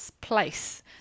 place